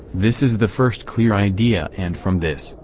this is the first clear idea and from this,